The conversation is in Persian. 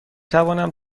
توانم